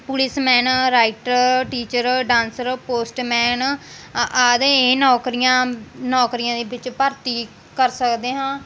policeman writer teacher dancer postman ਆਦਿ ਇਹ ਨੌਕਰੀਆਂ ਨੌਕਰੀਆਂ ਦੇ ਵਿੱਚ ਭਰਤੀ ਕਰ ਸਕਦੇ ਹਾਂ